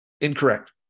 Incorrect